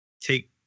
take